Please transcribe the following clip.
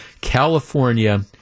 California